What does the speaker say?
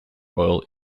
oil